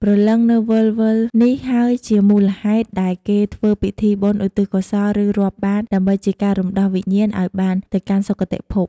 ព្រលឹងនៅវិលៗនេះហើយជាមូលហេតុដែលគេធ្វើពិធីបុណ្យឧទ្ទិសកុសលឬរាប់បាត្រ ដើម្បីជាការរំដោះវិញ្ញាណឱ្យបានទៅកាន់សុគតិភព។